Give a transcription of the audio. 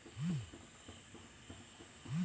ಎಷ್ಟು ದಿನ ಆಗ್ಬಹುದು?